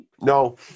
No